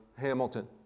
Hamilton